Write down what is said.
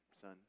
son